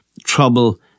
trouble